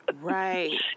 Right